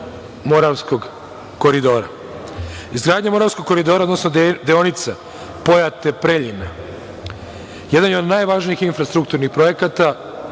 Moravskog koridora. Izgradnja Moravskog koridora, odnosno deonica Pojate-Preljina, jedan je od najvažnijih infrastrukturnih projekata